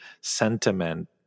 sentiment